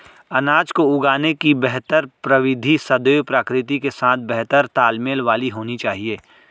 अनाज को उगाने की बेहतर प्रविधि सदैव प्रकृति के साथ बेहतर तालमेल वाली होनी चाहिए